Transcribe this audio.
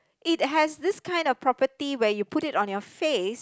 it has this kind of property where you put it on your face